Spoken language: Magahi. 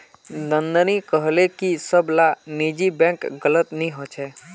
नंदिनी कोहले की सब ला निजी बैंक गलत नि होछे